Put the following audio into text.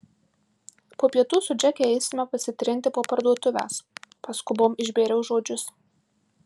po pietų su džeke eisime pasitrinti po parduotuves paskubom išbėriau žodžius